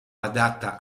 adatta